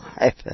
life